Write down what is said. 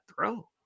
throw